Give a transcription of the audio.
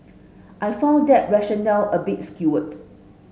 I found that rationale a bit skewed